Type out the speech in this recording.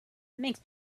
makes